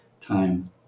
time